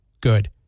good